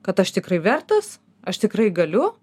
kad aš tikrai vertas aš tikrai galiu